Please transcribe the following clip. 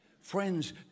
Friends